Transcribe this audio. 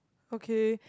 okay